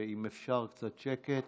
ואם אפשר, קצת שקט.